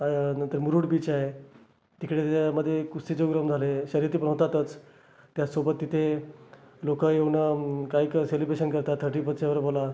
अ नंतर मुरुड बीच आहे तिकडे मध्ये कुस्तीचे उपक्रम झाले शर्यती पण होतातच त्यासोबत तिथे लोकं येऊन कायकाय सेलिब्रेशन करतात थर्टी फर्स्टचे वगैरे बोला